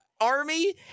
army